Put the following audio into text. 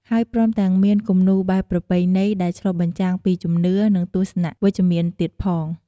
ហើយព្រមទាំងមានគំនូរបែបប្រពៃណីដែលឆ្លុះបញ្ចាំងពីជំនឿ និងទស្សនៈវិជ្ជមានទៀតផង។